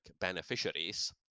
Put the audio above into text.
beneficiaries